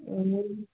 ए